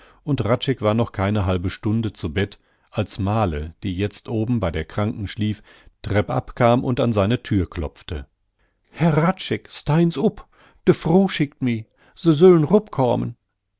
und hradscheck war noch keine halbe stunde zu bett als male die jetzt oben bei der kranken schlief treppab kam und an seine thür klopfte herr hradscheck steihn's upp de fru schickt mi se sülln